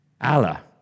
Allah